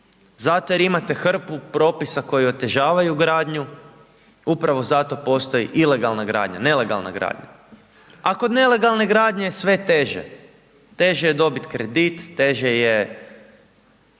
zato jer imate hrpu propisa koji otežavaju gradnju, upravo zato postoji ilegalna gradnja, nelegalna gradnja. A kod nelegalne gradnje je sve teže, teže je dobit kredit, teže je,